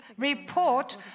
report